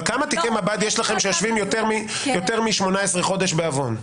אבל כמה תיקי מב"ד יש לכם שיושבים יותר מ-18 חודשים בעוון?